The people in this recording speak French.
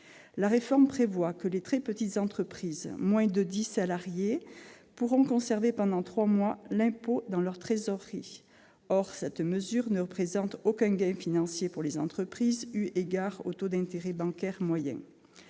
La réforme prévoit que les très petites entreprises, comptant moins de 10 salariés, pourront conserver pendant trois mois l'impôt dans leur trésorerie. Or cette mesure ne représente aucun gain financier pour les entreprises, eu égard au taux d'intérêt bancaire moyen.